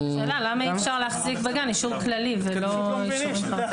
השאלה למה אי אפשר להחזיק בגן אישור כללי ולא אישורים פרטניים.